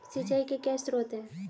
सिंचाई के क्या स्रोत हैं?